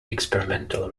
experimental